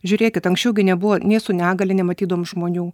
žiūrėkit anksčiau gi nebuvo nė su negalia nematydavom žmonių